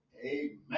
Amen